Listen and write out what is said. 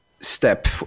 step